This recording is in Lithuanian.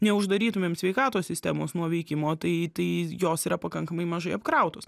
neuždarytumėm sveikatos sistemos nuo veikimo tai tai jos yra pakankamai mažai apkrautos